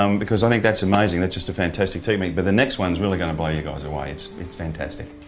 um because i think that's amazing and that's just a fantastic technique, but the next one's really going to blow you guys away it's it's fantastic.